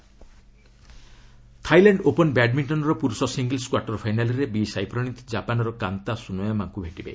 badminton Thailand open ବ୍ୟାଡ୍ମିଖନ୍ର ପୁରୁଷ singles quarter ଫାଇନାଲ୍ରେ ବି ସାଇପ୍ରଣୀତ କାପାନ୍ର କାନ୍ତା ସୁନୋୟାମାଙ୍କୁ ଭେଟିବେ